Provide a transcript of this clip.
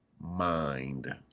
Mind